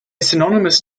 synonymous